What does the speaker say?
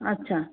আচ্ছা